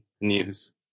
news